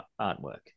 artwork